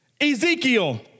Ezekiel